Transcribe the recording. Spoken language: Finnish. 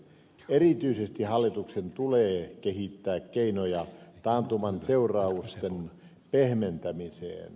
erityisesti hallituksen tulee kehittää keinoja taantuman seurausten pehmentämiseen